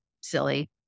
silly